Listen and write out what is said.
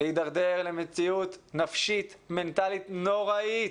להתדרדר למציאות נפשית-מנטלית נוראית